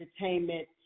entertainment